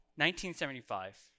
1975